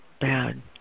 bad